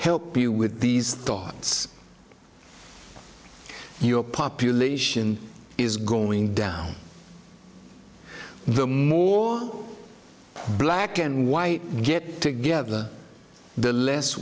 help you with these thoughts your population is going down the more black and white get together the less